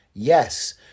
Yes